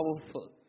powerful